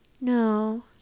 No